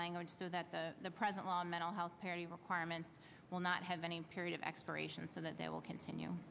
language so that the present on mental health parity requirements will not have any period of expiration so that they will continue